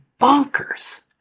bonkers